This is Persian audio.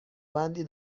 بندی